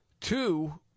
Two